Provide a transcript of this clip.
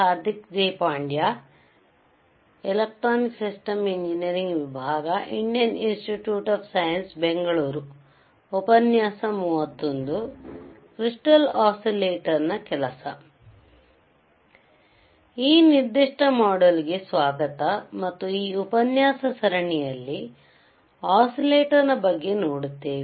hi ಈ ನಿರ್ದಿಷ್ಟ module ಗೆ ಸ್ವಾಗತ ಮತ್ತು ಈ ಉಪನ್ಯಾಸ ಸರಣಿಯಲ್ಲಿ ಒಸಿಲೇಟಾರ್ನ ಬಗ್ಗೆ ನೋಡುತ್ತೇವೆ